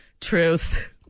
Truth